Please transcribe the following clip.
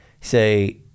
say